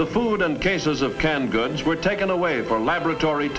the food and cases of canned goods were taken away for laboratory